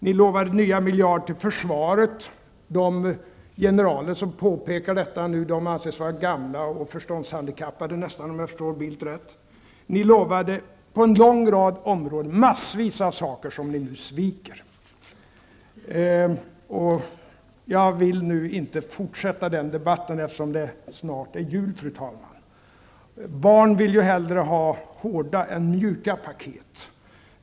Ni lovade nya miljarder till försvaret -- de generaler som påpekar detta nu anses vara gamla och förståndshandikappade nästan, om jag förstår Bildt rätt. Ni lovade på en lång rad områden massvis av saker som ni nu sviker. Jag vill nu inte fortsätta den debatten, eftersom det snart är jul, fru talman. Barn vill ju hellre ha hårda än mjuka paket.